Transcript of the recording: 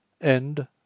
End